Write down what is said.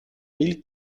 mille